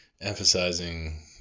emphasizing